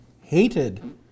hated